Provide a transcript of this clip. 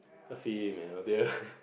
a female deer